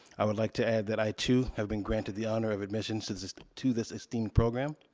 i would like to add that i too have been granted the honor of admission to this to this esteemed program.